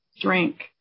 drink